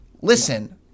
Listen